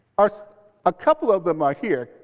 ah a couple of them ah here.